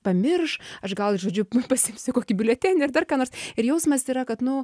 pamirš aš gal žodžiu pasiimsiu kokį biuletenį ar dar ką nors ir jausmas yra kad nu